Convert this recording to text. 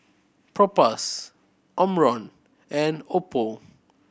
Propass Omron and Oppo